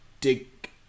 dig